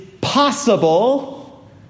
possible